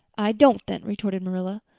i don't then, retorted marilla.